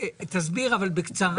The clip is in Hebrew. תסביר, אבל בקצרה.